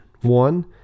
One